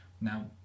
Now